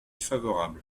favorable